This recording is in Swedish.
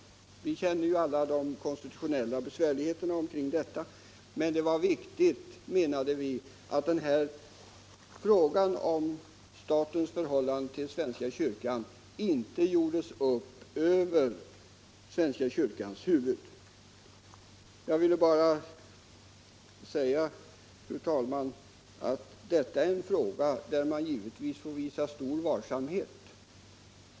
Vi känner ju alla de konstitutionella besvärligheterna i det sammanhanget, men vi menade att det var viktigt att frågan om statens förhållande till svenska kyrkan inte gjordes upp över svenska kyrkans huvud. Jag ville bara säga, fru talman, att detta är en fråga där man givetvis får visa stor varsamhet.